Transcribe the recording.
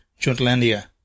Jutlandia